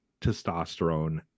testosterone